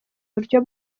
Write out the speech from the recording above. buryo